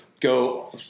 go